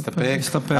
מסתפק.